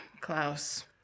Klaus